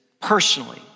personally